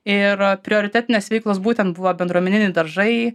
ir prioritetinės veiklos būtent buvo bendruomeniniai daržai